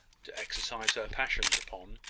to exercise her passions upon,